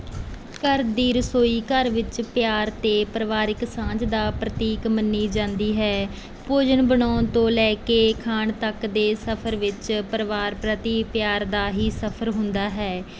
ਘਰ ਦੀ ਰਸੋਈ ਘਰ ਵਿੱਚ ਪਿਆਰ ਅਤੇ ਪਰਿਵਾਰਕ ਸਾਂਝ ਦਾ ਪ੍ਰਤੀਕ ਮੰਨੀ ਜਾਂਦੀ ਹੈ ਭੋਜਨ ਬਣਾਉਣ ਤੋਂ ਲੈ ਕੇ ਖਾਣ ਤੱਕ ਦੇ ਸਫਰ ਵਿੱਚ ਪਰਿਵਾਰ ਪ੍ਰਤੀ ਪਿਆਰ ਦਾ ਹੀ ਸਫਰ ਹੁੰਦਾ ਹੈ